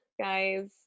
guys